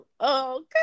Okay